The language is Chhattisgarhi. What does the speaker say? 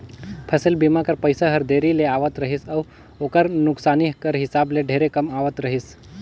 फसिल बीमा कर पइसा हर देरी ले आवत रहिस अउ ओकर नोसकानी कर हिसाब ले ढेरे कम आवत रहिस